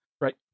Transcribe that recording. Right